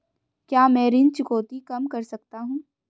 क्या मैं ऋण चुकौती कम कर सकता हूँ?